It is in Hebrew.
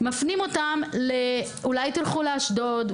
אולי תלכו לאשדוד,